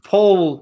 Paul